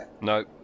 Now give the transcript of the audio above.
no